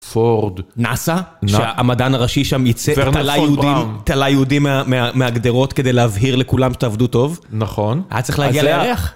פורד, נאסא, שהמדען הראשי שם ייצא, תלה יהודים מהגדרות כדי להבהיר לכולם שתעבדו טוב. נכון. היה צריך להגיע לירח.